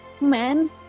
man